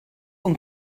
und